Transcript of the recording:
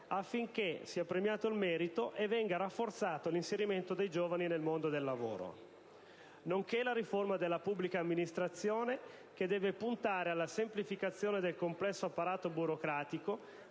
affinché sia premiato il merito e venga rafforzato l'inserimento dei giovani nel mondo del lavoro, nonché la riforma della pubblica amministrazione, che deve puntare alla semplificazione del complesso apparato burocratico